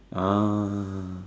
ah